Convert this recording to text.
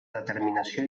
determinació